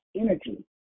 energy